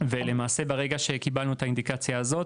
וברגע שקיבלנו את האינדיקציה הזו,